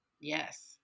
Yes